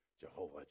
Jehovah